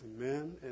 Amen